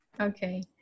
Okay